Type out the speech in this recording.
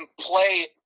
play